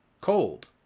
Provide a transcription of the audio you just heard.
cold